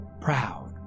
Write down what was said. proud